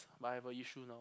but I have a issue now